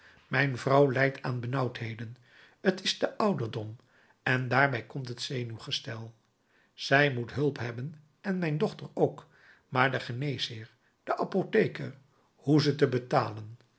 mijn vrouw lijdt aan benauwdheden t is de ouderdom en daarbij komt het zenuwgestel zij moet hulp hebben en mijn dochter ook maar de geneesheer de apotheker hoe ze te betalen